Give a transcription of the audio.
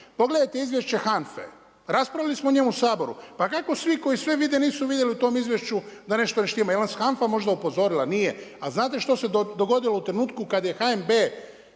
Pogledajte izvješće HANFA-e. Raspravili smo o njemu u Saboru. Pa kako svi koji sve vide nisu vidjeli u tom izvješću da nešto ne štima. Je li vas možda HANFA upozorila? Nije. A znate što se dogodilo u trenutku kad je HNB